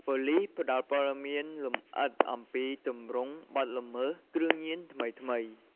ប៉ូលិសផ្ដល់ព័ត៌មានលម្អិត អំពីទម្រង់បទល្មើសគ្រឿងញៀនថ្មីៗ។